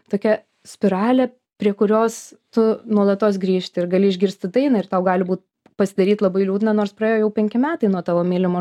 tokia spiralė prie kurios tu nuolatos grįžti ir gali išgirsti dainą ir tau gali būt pasidaryt labai liūdna nors praėjo jau penki metai nuo tavo mylimo